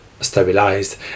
stabilized